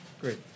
Great